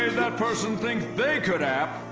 that person think they could app.